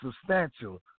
substantial